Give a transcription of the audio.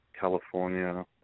California